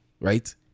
right